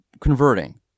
converting